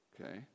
okay